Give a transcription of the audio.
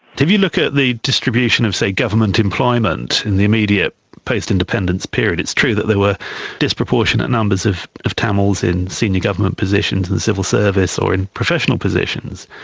if you look at the distribution of, say, government employment in the immediate post-independence period, it's true that there were disproportionate numbers of of tamils in senior government positions, the civil service or in professional positions.